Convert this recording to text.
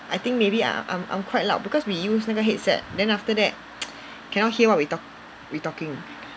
I think maybe I'm I'm I'm quite loud because we use 那个 headset then after that cannot hear what we talk we talking